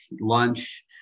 lunch